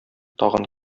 тагын